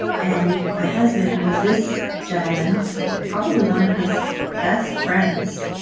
and my husband was this gentleman's probably one of his best friends